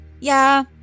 Yeah